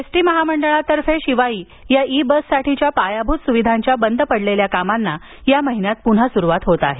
S T महामंडळातर्फे शिवाई या e bus साठीच्या पायाभूत सुविधांच्या बंद पडलेल्या कामांना या महिन्यात पुन्हा सुरुवात होत आहे